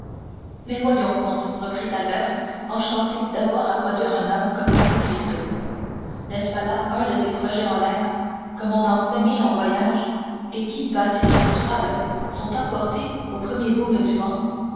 mais voyons comte reprit albert enchanté d'avoir à produire un homme comme monte cristo n'est-ce pas là un de ces projets en l'air comme on en fait mille en voyage et qui bâtis sur du sable sont emportés au premier souffle du vent